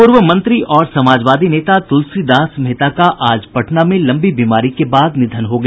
पूर्व मंत्री और समाजवादी नेता तुलसीदास मेहता का आज पटना में लंबी बीमारी के बाद निधन हो गया